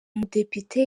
mudepite